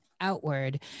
outward